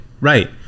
Right